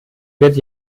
wird